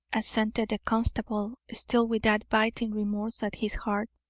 assented the constable, still with that biting remorse at his heart.